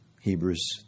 Hebrews